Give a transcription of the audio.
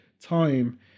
time